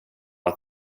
att